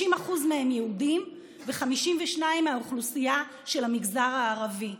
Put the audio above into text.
60% מהם יהודים ו-52% מהאוכלוסייה של המגזר הערבי.